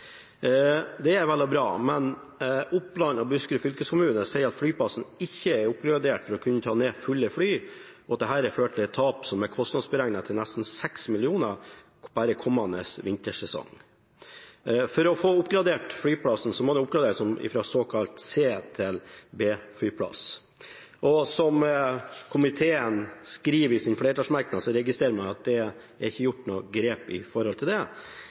Det er vel og bra. Men Oppland og Buskerud fylkeskommuner sier at flyplassen ikke er oppgradert til å kunne ta ned fulle fly. Dette har ført til et tap som er kostnadsberegnet til nesten 6 mill. kr bare kommende vintersesong. For å få oppgradert flyplassen må den oppgraderes fra såkalt C- til B-flyplass. Som komiteen skriver i sin flertallsmerknad, registrerer man at det ikke er gjort noen grep når det gjelder det. Da er spørsmålet til statsråden: Er statsråden enig i